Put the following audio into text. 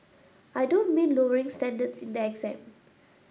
I don't mean lowering standards in the exam